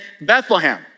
Bethlehem